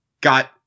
got